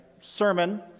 sermon